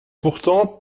pourtant